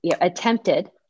attempted